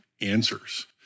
answers